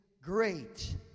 great